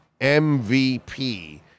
MVP